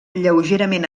lleugerament